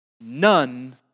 None